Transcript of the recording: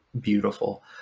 beautiful